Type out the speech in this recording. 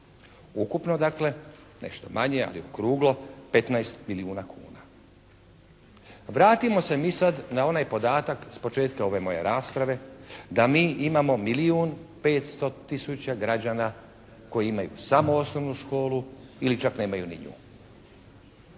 Ukupno dakle nešto manje ali okruglo 15 milijuna kuna. Vratimo se mi sad na onaj podatak s početka ove moje rasprave da mi imamo milijun 500 tisuća građana koji imaju samo osnovnu školu ili čak nemaju ni nju.